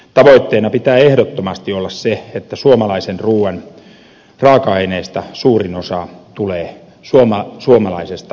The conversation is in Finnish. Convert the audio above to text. tavoitteena pitää ehdottomasti olla se että suomalaisen ruuan raaka aineista suurin osa tulee suomalaisesta luonnosta